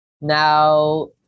Now